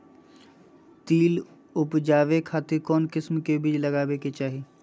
तिल उबजाबे खातिर कौन किस्म के बीज लगावे के चाही?